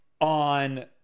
on